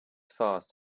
fast